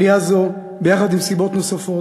עלייה זו, ביחד עם סיבות נוספות,